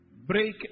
Break